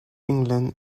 england